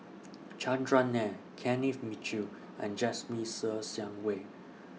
Chandran Nair Kenneth Mitchell and Jasmine Ser Xiang Wei